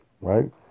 right